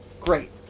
great